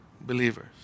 believers